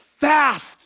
fast